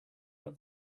but